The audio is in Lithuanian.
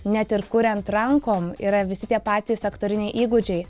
net ir kuriant rankom yra visi tie patys aktoriniai įgūdžiai